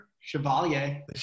Chevalier